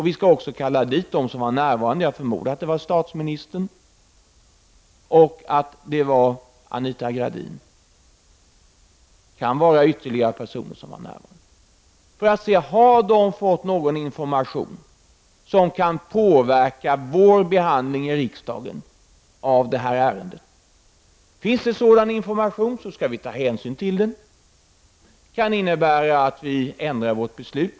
Vi skall också kalla dit dem som var närvarande — jag förmodar att det var statsministern och Anita Gradin och kanske också ytterligare personer — och fråga om de har fått någon information som kan påverka vår behandling i riksdagen av detta ärende. Finns det sådan information skall vi ta hänsyn till den. Det kan innebära att vi ändrar vårt beslut.